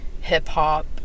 hip-hop